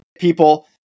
people